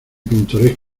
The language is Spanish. pintoresca